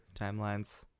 timelines